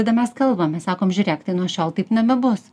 tada mes kalbamės sakom žiūrėk tai nuo šiol taip nebebus